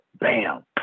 Bam